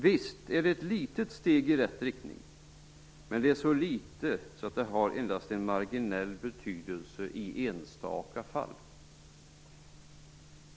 Visst är detta ett litet steg i rätt riktning, men det är så litet att det endast har marginell betydelse i enstaka fall.